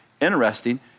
Interesting